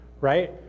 right